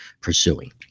pursuing